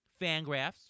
Fangraphs